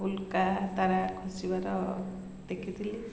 ଉଲ୍କା ତାରା ଖସିବାର ଦେଖିଥିଲି